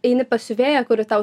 eini pas siuvėją kuri tau